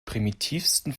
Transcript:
primitivsten